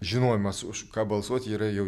žinojimas už ką balsuot yra jau